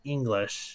English